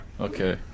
Okay